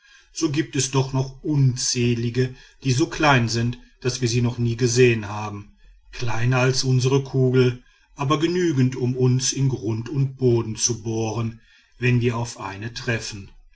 so gibt es doch noch unzählige die so klein sind daß wir sie noch nie gesehen haben kleiner als unsre kugel aber genügend um uns in grund und boden zu bohren wenn wir auf einen treffen